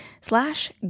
slash